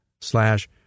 slash